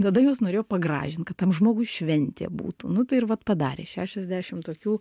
tada juos norėjo pagražint kad tam žmogui šventė būtų nu tai ir vat padarė šešiasdešim tokių